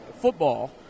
football